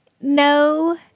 no